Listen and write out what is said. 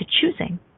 choosing